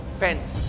fence